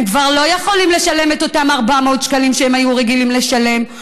הם כבר לא יכולים לשלם אותם 400 שקלים שהם היו רגילים לשלם,